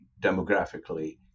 demographically